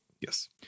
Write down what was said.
Yes